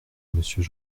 monsieur